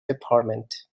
department